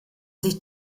sich